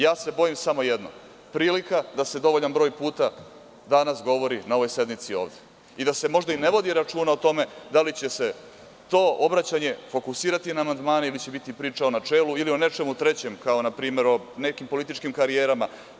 Ja se bojim samo jedno prilika da se dovoljan broj puta danas govori na ovoj sednici ovde, i da se možda i ne vodi računa o tome da li će se to obraćanje fokusirati na amandmane ili će biti priče u načelu ili o nečemu trećem, kao na primer o nekim političkim karijerama.